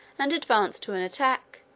and advanced to an attack,